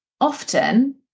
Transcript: often